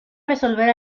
resolver